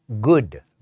good